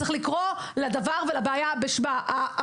צריך לקרוא לבעיה הזאת בשמה.